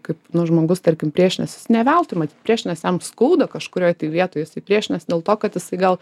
kaip nu žmogus tarkim priešinas jis ne veltui matyt priešinas jam skauda kažkurioj tai vietoj jisai priešinas dėl to kad jisai gal